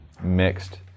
mixed